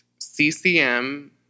CCM